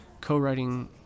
co-writing